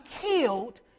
killed